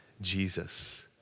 Jesus